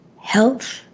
health